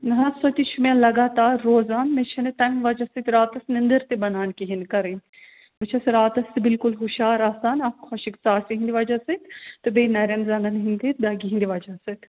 نہَ حظ سُہ تہِ چھُ مےٚ لگاتار روزان مےٚ چھَ نہٕ تَمہِ وجہ سۭتۍ راتَس نٮ۪نٛدٕر تہِ بَنان کِہیٖنٛۍ کَرٕنۍ بہٕ چھَس راتَس تہِ بِلکُل ہُشار آسان اَکھ خوٚشٕک ژاسہِ ہٕنٛدِ وجہ سۭتۍ تہٕ بیٚیہِ نَرٮ۪ن زَنٛگَن ہٕنٛدٕ دَگہِ ہٕنٛدِ وجہ سۭتۍ